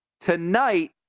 Tonight